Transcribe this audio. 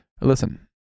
Listen